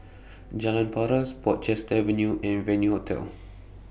Jalan Paras Portchester Avenue and Venue Hotel